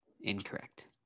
Incorrect